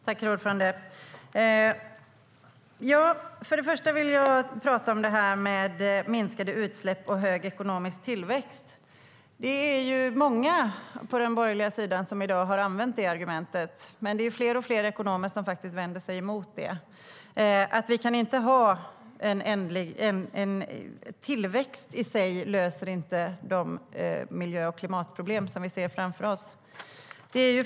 Herr talman! Först och främst vill jag tala om minskade utsläpp och hög ekonomisk tillväxt. Det är många på den borgerliga sidan som i dag har använt detta argument, men det är fler och fler ekonomer som vänder sig emot det. Tillväxt i sig löser inte de miljö och klimatproblem som vi ser framför oss.